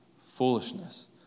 foolishness